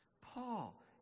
Paul